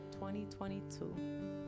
2022